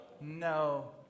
No